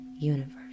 universe